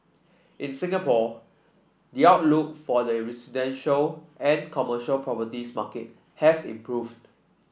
in Singapore the outlook for the residential and commercial properties market has improved